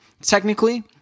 technically –